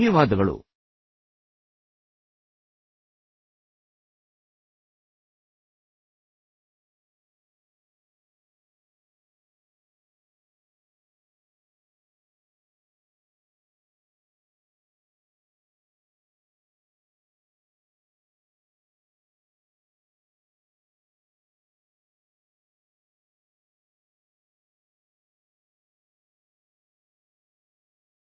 ಈ ವೀಡಿಯೋವನ್ನು ಅತ್ಯುತ್ತಮವಾಗಿ ವೀಕ್ಷಿಸಿದ್ದಕ್ಕಾಗಿ ಧನ್ಯವಾದಗಳು ಮತ್ತು ಮುಂದಿನ ದಿನಗಳಲ್ಲಿ ನಿಮ್ಮನ್ನು ನೋಡುತ್ತೇವೆ ಧನ್ಯವಾದಗಳು